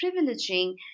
privileging